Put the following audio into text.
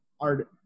art